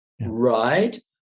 Right